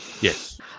Yes